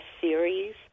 series